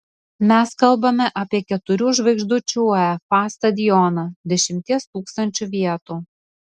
mes kalbame apie keturių žvaigždučių uefa stadioną dešimties tūkstančių vietų